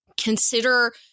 Consider